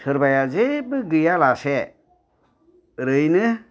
सोरबाया जेबो गैया लासे ओरैनो